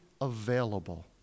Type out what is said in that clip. available